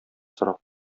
сорап